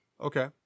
Okay